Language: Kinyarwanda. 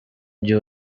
gihe